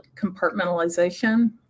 compartmentalization